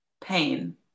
Pain